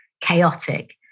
chaotic